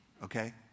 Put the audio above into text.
Okay